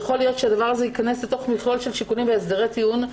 יכול להיות שהדבר הזה ייכנס לתוך מכלול של שיקולים והסדרי טיעון.